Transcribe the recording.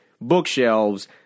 bookshelves